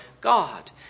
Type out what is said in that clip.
God